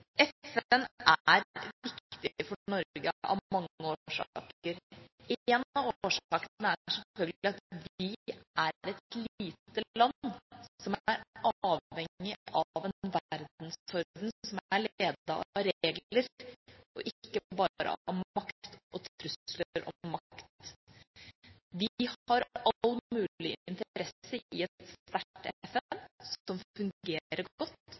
er viktig for Norge av mange årsaker. En av årsakene er selvfølgelig at vi er et lite land som er avhengig av en verdensorden som er ledet av regler, og ikke bare av makt og trusler om makt. Vi har all mulig interesse i et sterkt FN som fungerer godt,